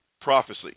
prophecy